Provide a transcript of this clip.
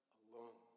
alone